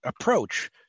approach